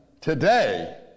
today